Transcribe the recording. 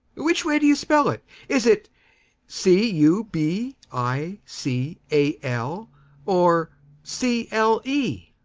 which way do you spell it is it c u b i c a l or c l e?